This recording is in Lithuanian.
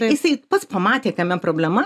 jisai pats pamatė kame problema